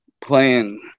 playing